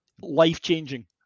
life-changing